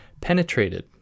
penetrated